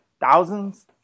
thousands